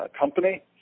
company